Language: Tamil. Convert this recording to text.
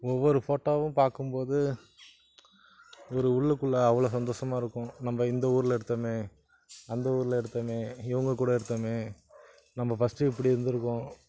ஒவ்வொரு ஃபோட்டோவும் பார்க்கும் போது ஒரு உள்ளுக்குள்ளே அவ்வளோ சந்தோஷமாக இருக்கும் நம்ம இந்த ஊரில் எடுத்தோமே அந்த ஊரில் எடுத்தோமே இவங்க கூட எடுத்தோமே நம்ம ஃபஸ்ட்டு இப்படி இருந்திருக்கோம்